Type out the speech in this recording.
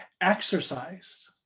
exercised